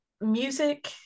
music